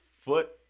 foot